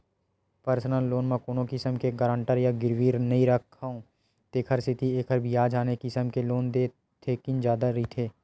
personal loan म कोनो किसम के गारंटर या गिरवी नइ राखय तेखर सेती एखर बियाज ह आने किसम के लोन ले थोकिन जादा रहिथे